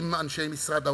עם אנשי משרד האוצר,